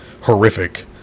horrific